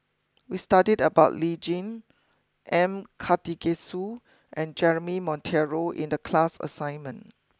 we studied about Lee Tjin M Karthigesu and Jeremy Monteiro in the class assignment